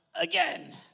again